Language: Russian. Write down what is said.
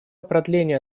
продления